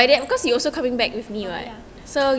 oh ya